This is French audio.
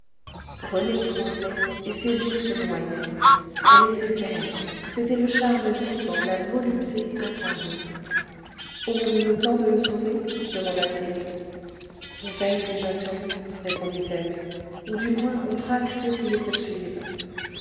rené tremblait et ses yeux se noyaient elle était belle c'était le charme vivant la volupté incarnée aurons-nous le temps de le sauver demanda-t-il on veille déjà sur lui répondit-elle ou du moins on traque ceux qui le poursuivent